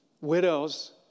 Widows